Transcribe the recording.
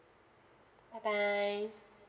bye bye